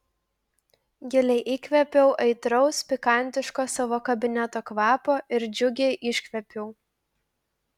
giliai įkvėpiau aitraus pikantiško savo kabineto kvapo ir džiugiai iškvėpiau